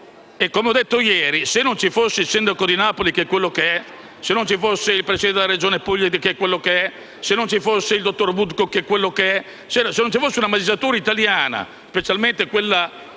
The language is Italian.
Come ho detto ieri, se non ci fosse il sindaco di Napoli, che è quello che è, se non vi fosse il presidente della Regione Puglia, che è quello che è, se non ci fosse il dottor Woodcock, che è quello che è, se non ci fosse una magistratura italiana, specialmente quella fatta